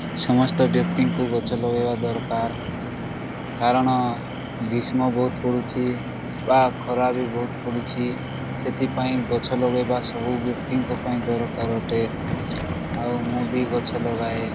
ସମସ୍ତ ବ୍ୟକ୍ତିଙ୍କୁ ଗଛ ଲଗାଇବା ଦରକାର କାରଣ ଗ୍ରୀଷ୍ମ ବହୁତ ପଡ଼ୁଛି ବା ଖରା ବି ବହୁତ ପଡ଼ୁଛି ସେଥିପାଇଁ ଗଛ ଲଗାଇବା ସବୁ ବ୍ୟକ୍ତିଙ୍କ ପାଇଁ ଦରକାର ଅଟେ ଆଉ ମୁଁ ବି ଗଛ ଲଗାଏ